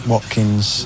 Watkins